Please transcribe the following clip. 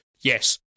yes